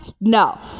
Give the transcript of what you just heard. No